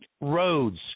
roads